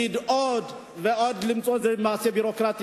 ולהגיד עוד למצוא ועוד איזה מעשה ביורוקרטי.